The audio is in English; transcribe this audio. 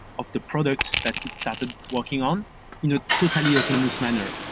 of the product that it started working on you know totally autonomous manner.